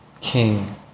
King